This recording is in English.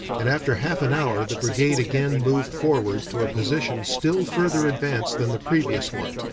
and after half an hour the brigade again moved forward to a position still further advanced than the previous one,